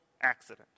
accident